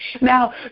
Now